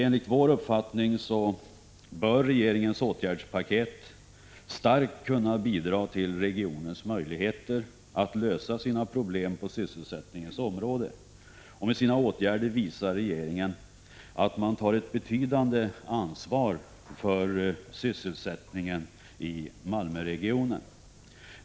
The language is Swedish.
Enligt vår uppfattning bör regeringens åtgärdspaket starkt kunna bidra till regionens möjligheter att lösa sina problem på sysselsättningsområdet. Regeringen visar med sina åtgärder att man tar ett betydande ansvar för sysselsättningen i Malmöregionen.